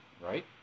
Right